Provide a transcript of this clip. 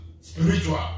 Spiritual